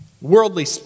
worldly